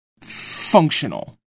functional